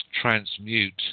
transmute